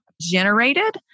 generated